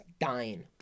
dying